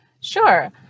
Sure